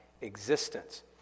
existence